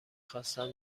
خواستم